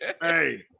Hey